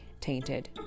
tainted